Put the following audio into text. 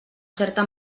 certa